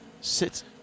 sit